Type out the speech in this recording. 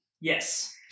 Yes